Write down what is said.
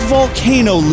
Volcano